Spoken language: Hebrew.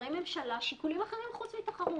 ולשרי ממשלה שיקולים אחרים חוץ מתחרות,